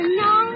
no